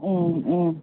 ம் ம்